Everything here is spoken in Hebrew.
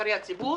נבחרי הציבור,